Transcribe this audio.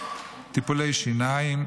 טיפולי שיניים,